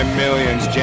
millions